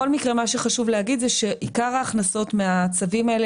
מה שחשוב להגיד זה שעיקר ההכנסות מהצווים האלה